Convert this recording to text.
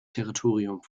territorium